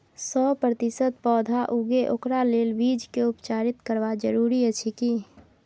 सौ प्रतिसत पौधा उगे ओकरा लेल बीज के उपचारित करबा जरूरी अछि की?